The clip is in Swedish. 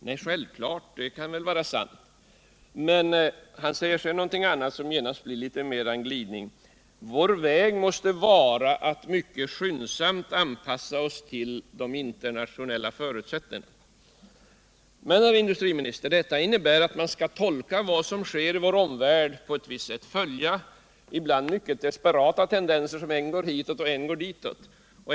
Nej, självklart inte. Men sedan säger han någonting annat, som genast blir litet mera av en glidning: Vår väg måste vara att mycket skyndsamt anpassa oss till de internationella förutsättningarna. Men, herr industriminister, detta innebär att man skall tolka vad som sker i vår omvärld på ett visst sätt, följa ibland mycket desperata tendenser som än går hitåt och än ditåt.